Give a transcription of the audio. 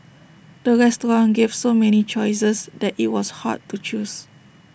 the restaurant gave so many choices that IT was hard to choose